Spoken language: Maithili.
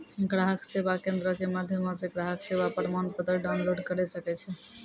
ग्राहक सेवा केंद्रो के माध्यमो से ग्राहक जमा प्रमाणपत्र डाउनलोड करे सकै छै